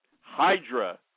Hydra